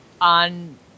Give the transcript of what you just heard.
on